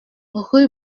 rue